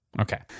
Okay